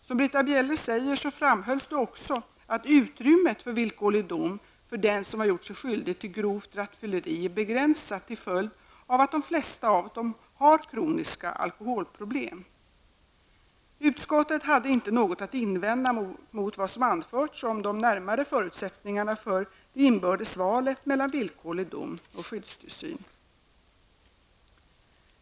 Som Britta Bjelle säger så framhölls det också att utrymmet för villkorlig dom för den som har gjort sig skyldig till grovt rattfylleri är begränsat till följd av att de flesta av dem har kroniska alkoholproblem. Utskottet hade inte något att invända mot vad som anförts om de närmare förutsättningarna för det inbördes valet mellan villkorlig dom och skyddstillsyn.